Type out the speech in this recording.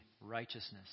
righteousness